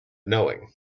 knowing